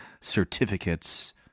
certificates